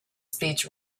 speech